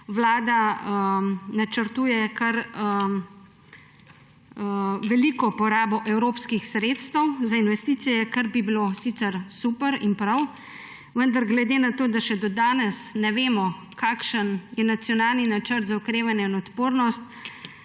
Vlada načrtuje kar veliko porabo evropskih sredstev za investicije, kar bi bilo sicer super in prav, vendar glede na to, da še do danes ne vemo, kakšen je nacionalni načrt za okrevanje in odpornost